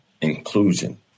inclusion